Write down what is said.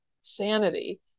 sanity